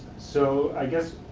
so, i guess